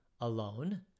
alone